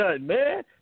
man